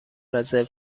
رزرو